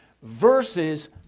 verses